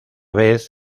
vez